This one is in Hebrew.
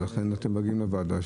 ולכן אתם מגיעים לוועדה,